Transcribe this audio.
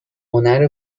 هنر